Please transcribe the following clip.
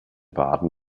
baden